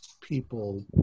people